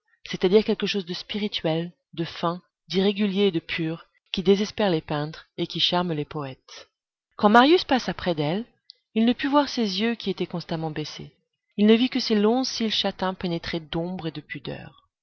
c'est-à-dire quelque chose de spirituel de fin d'irrégulier et de pur qui désespère les peintres et qui charme les poètes quand marius passa près d'elle il ne put voir ses yeux qui étaient constamment baissés il ne vit que ses longs cils châtains pénétrés d'ombre et de pudeur